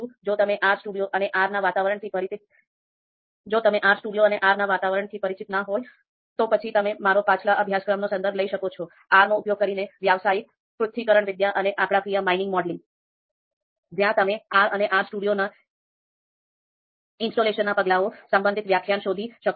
જો તમે R studio અને R ના વાતાવરણથી પરિચિત ન હોય તો પછી તમે મારો પાછલા અભ્યાસક્રમનો સંદર્ભ લઈ શકો છો 'R નો ઉપયોગ કરીને વ્યવસાયિક પૃથક્કરણવિદ્યા અને આંકડાકીય માઇનિંગ મોડેલિંગનો 'Business Analytics and Data Mining Modeling using R' જ્યાં તમે R અને R studioના ઇન્સ્ટોલેશનના પગલાઓ સંબંધિત વ્યાખ્યાન શોધી શકો છો